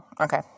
Okay